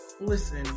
Listen